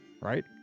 right